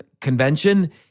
convention